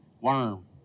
Worm